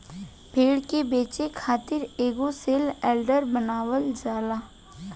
भेड़ के बेचे खातिर एगो सेल यार्ड बनावल जाला